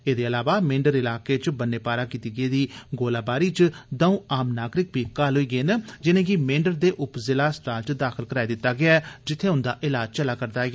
एदे इलावा मेंढर इलाके च बी बन्ने पारा कीती गेदी गोलाबारी च दंऊ आम नागरिक घायल होई गे जिनेंगी मेंढर दे उप जिला अस्पताल च दाखिल कराई दिता गेया ऐ जित्थे उन्दा इलाज चलै करदा ऐ